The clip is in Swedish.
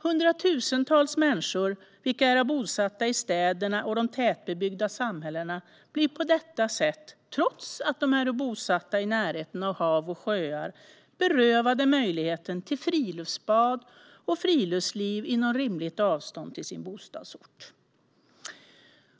Hundratusentals människor, vilka äro bosatta i städerna och de tätbebyggda samhällena bli på detta sätt, trots att de äro bosatta i närheten av hav och sjöar, berövade möjligheter till friluftsbad och friluftsliv inom rimligt avstånd till sin bostadsort."